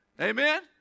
Amen